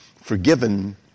forgiven